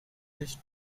just